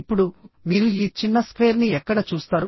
ఇప్పుడు మీరు ఈ చిన్న స్క్వేర్ని ఎక్కడ చూస్తారు